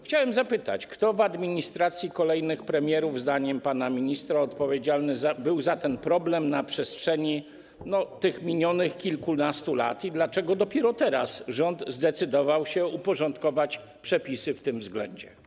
Chciałem zapytać, kto w administracji kolejnych premierów zdaniem pana ministra odpowiedzialny był za ten problem na przestrzeni tych minionych kilkunastu lat i dlaczego dopiero teraz rząd zdecydował się uporządkować przepisy w tym względzie.